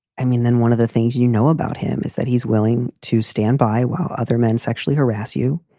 i mean, then one of the things you know about him is that he's willing to stand by while other men sexually harass you.